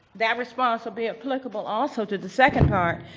that response would be applicable also to the second part.